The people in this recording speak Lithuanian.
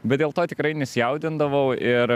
bet dėl to tikrai nesijaudindavau ir